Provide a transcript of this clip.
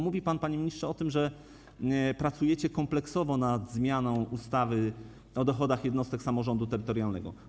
Mówił pan, panie ministrze, o tym, że pracujecie kompleksowo nad zmianą ustawy o dochodach jednostek samorządu terytorialnego.